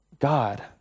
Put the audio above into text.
God